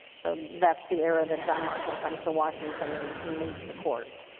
so that's the era that john marshall comes to washington and and leads the court